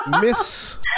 Miss